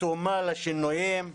אטומה לשינויים,